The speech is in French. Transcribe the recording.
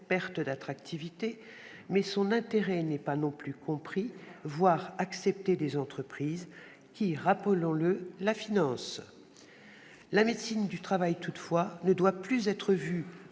perte d'attractivité, mais son intérêt n'est pas non plus compris, voire admis, par les entreprises, qui, rappelons-le, la financent. La médecine du travail doit pourtant être vue